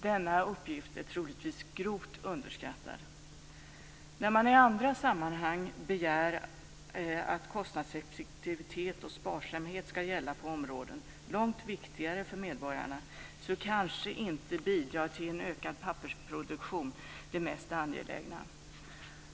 Denna uppgift är troligtvis grovt underskattad. När man i andra sammanhang begär att kostnadseffektivitet och sparsamhet ska gälla på områden som är långt viktigare för medborgarna är kanske inte bidrag till en ökad pappersproduktion det mest angelägna.